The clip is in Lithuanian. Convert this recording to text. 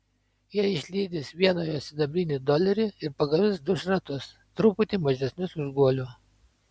jie išlydys vieną jo sidabrinį dolerį ir pagamins du šratus truputį mažesnius už guolių